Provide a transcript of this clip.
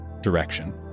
direction